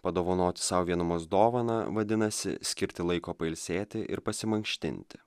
padovanoti sau vienumos dovaną vadinasi skirti laiko pailsėti ir pasimankštinti